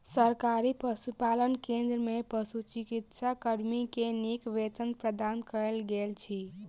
सरकारी पशुपालन केंद्र में पशुचिकित्सा कर्मी के नीक वेतन प्रदान कयल गेल अछि